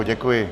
Děkuji.